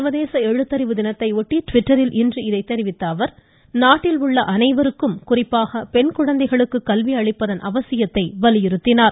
சர்வதேச எழுத்தறிவு தினத்தையொட்டி ட்விட்டரில் இன்று இதை தெரிவித்துள்ள அவர் நாட்டிலுள்ள அனைவருக்கும் குறிப்பாக பெண் குழந்தைகளுக்கு கல்வி அளிப்பதன் அவசியத்தை வலியுறுத்தியுள்ளார்